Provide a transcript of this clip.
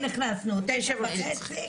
9:30,